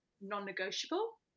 non-negotiable